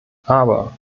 aber